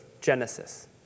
Genesis